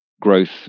growth